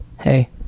hey